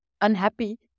unhappy